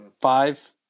Five